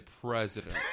president